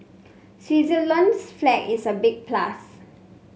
Switzerland's flag is a big plus